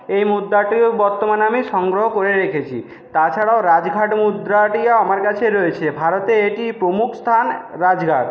এই মুদ্রাটিও বর্তমানে আমি সংগ্রহ করে রেখেছি তাছাড়াও রাজঘাট মুদ্রাটিও আমার কাছে রয়েছে ভারতে এটি প্রমুখ স্থান রাজঘাট